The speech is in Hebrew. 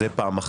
זה פעם אחת.